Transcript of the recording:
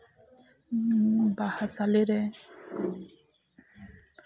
ᱩᱸ ᱵᱟᱦᱟ ᱥᱟᱞᱮ ᱨᱮ